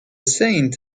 saint